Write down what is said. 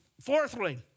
Fourthly